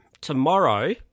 tomorrow